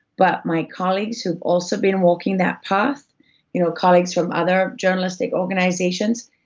but my colleagues who've also been walking that path you know colleagues from other journalistic organizations,